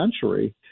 century